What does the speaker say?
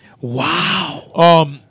Wow